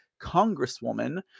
Congresswoman